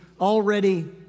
already